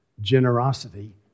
Generosity